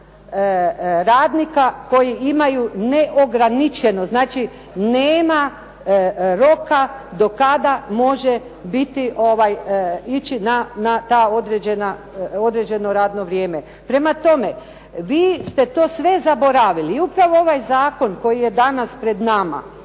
radnika koji imaju neograničeno, znači nema roka do kada može ići na to određeno radno vrijeme. Prema tome, vi ste to sve zaboravili. I upravo ovaj zakon koji danas pred nama